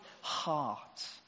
heart